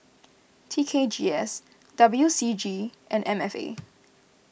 T K G S W C G and M F A